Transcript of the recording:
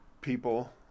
people